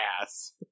ass